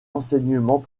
enseignement